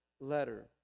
letter